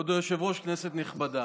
כבוד היושב-ראש, כנסת נכבדה,